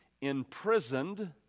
Imprisoned